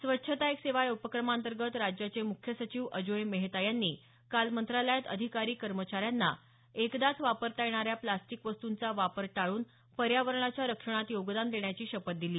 स्वच्छता एक सेवा या उपक्रमांतर्गत राज्याचे मुख्य सचिव अजोय मेहता यांनी काल मंत्रालयात अधिकारी कर्मचाऱ्यांना एकदाच वापरता येणाऱ्या प्रास्टिक वस्तूंचा वापर टाळून करून पर्यावरणाच्या रक्षणात योगदान देण्याची शपथ दिली